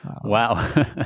Wow